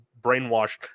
brainwashed